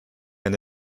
and